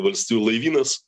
valstijų laivynas